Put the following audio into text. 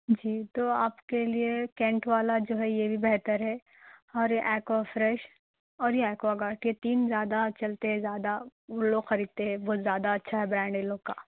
جی تو آپ کے لئے کینٹ والا جو ہے یہ بھی بہتر ہے اور یہ اکوا فریش اور یہ اکوا گارڈ یہ تین زیادہ چلتے ہے زیادہ لوگ خریدتے ہے بہت زیادہ اچھا ہے برانڈ اِن لوگ کا